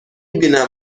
بینم